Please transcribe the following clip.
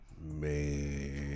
Man